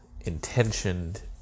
intentioned